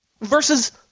Versus